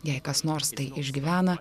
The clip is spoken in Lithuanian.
jei kas nors tai išgyvena